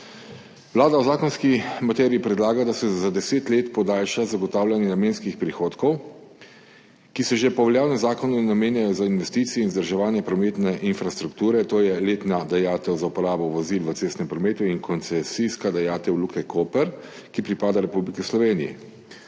Vlada v zakonski materiji predlaga, da se za deset let podaljša zagotavljanje namenskih prihodkov, ki se že po veljavnem zakonu namenjajo za investicije in vzdrževanje prometne infrastrukture, to je letna dajatev za uporabo vozil v cestnem prometu in koncesijska dajatev Luke Koper, ki pripada Republiki Sloveniji.